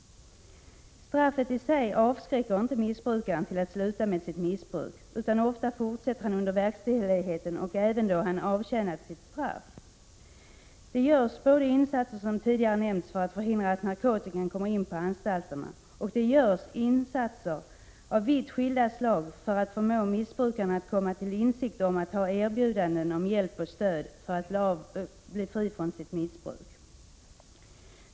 Straffet i sig avskräcker inte missbrukaren från att fortsätta med sitt missbruk, utan ofta fortsätter han under verkställigheten och även då han avtjänat sitt straff. Det görs både insatser som tidigare nämnts för att förhindra att narkotika kommer in på anstalterna, och det görs insatser av vitt skilda slag för att förmå missbrukaren att komma till insikt om att ta erbjudanden om hjälp och stöd för att bli fri från sitt missbruk.